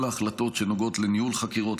כל ההחלטות שנוגעות לניהול חקירות,